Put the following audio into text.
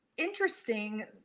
Interesting